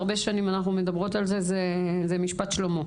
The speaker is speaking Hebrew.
הרבה שנים אנחנו מדברות על זה, זה משפט שלמה.